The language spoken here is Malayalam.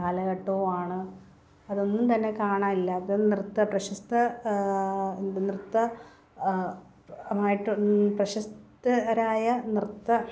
കാലഘട്ടവും ആണ് അതൊന്നും തന്നെ കാണാൻ ഇല്ല അത് നൃത്ത പ്രശസ്ത നൃത്ത മായിട്ട് പ്രശസ്തരായ നൃത്ത